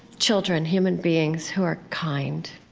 children, human beings who are kind,